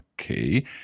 Okay